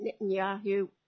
Netanyahu